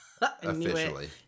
Officially